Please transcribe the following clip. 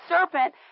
serpent